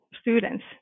students